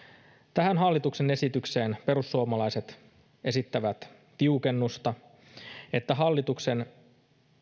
tähän hallituksen esitykseen perussuomalaiset esittävät tiukennusta että hallituksen